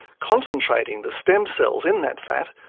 concentrating the stem cells in that fat,